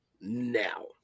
Now